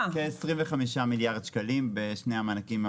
כ-25 מיליארד שקלים בשני המענקים.